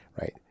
Right